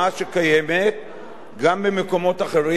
גם במקומות אחרים, וצריך להתמודד אתה.